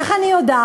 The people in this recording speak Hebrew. איך אני יודעת?